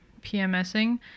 PMSing